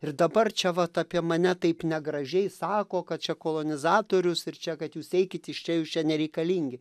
ir dabar čia vat apie mane taip negražiai sako kad čia kolonizatorius ir čia kad jūs eikit iš čia jūs čia nereikalingi